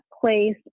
place